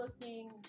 looking